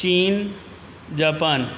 China Japan